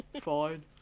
fine